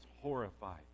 horrified